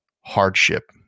hardship